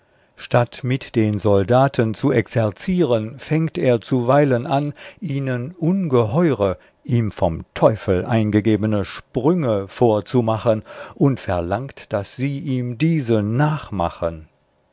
statt mit den soldaten zu exerzieren fängt er zuweilen an ihnen ungeheure ihm vom teufel eingegebene sprünge vor zu machen und verlangt daß sie ihm diese nach